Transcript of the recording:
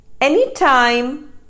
Anytime